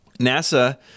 NASA